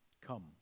Come